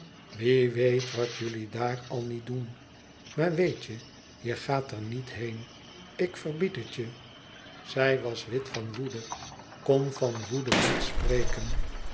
wie weet wat jullie daar al niet doen maar weet je je gaat er niet heen ik verbied het je zij was wit van woede kon van woede niet spreken